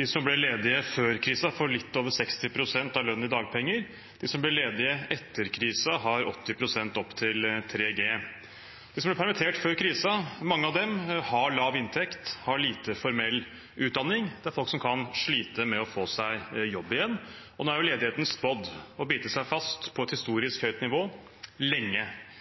De som ble ledige før krisen, får litt over 60 pst. av lønnen i dagpenger. De som ble ledige etter krisen, har 80 pst., opp til 3G. Mange av dem som ble permittert før krisen, har lav inntekt og lite formell utdanning. Det er folk som kan slite med å få seg jobb igjen, og nå er jo ledigheten spådd å bite seg fast på et historisk høyt nivå lenge.